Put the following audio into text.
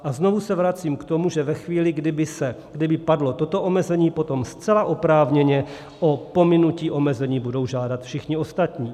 A znovu se vracím k tomu, že ve chvíli, kdy by padlo toto omezení, potom zcela oprávněně o pominutí omezení budou žádat všichni ostatní.